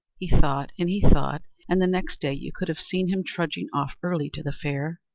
he thought and he thought, and the next day you could have seen him trudging off early to the fair,